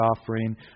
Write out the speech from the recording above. offering